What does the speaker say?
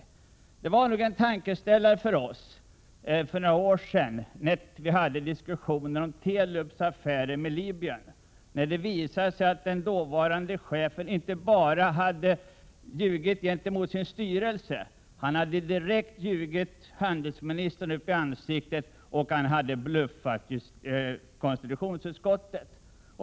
Det blev nog en tankeställare för oss — då vi diskuterade Telubs affärer med Libyen för några år sedan — att det visade sig att den dåvarande chefen för Telub inte bara hade ljugit inför sin egen styrelse utan även ljugit handelsministern upp i ansiktet och bluffat konstitutionsutskottet.